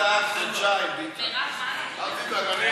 התשע"ו 2016,